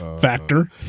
Factor